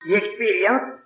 experience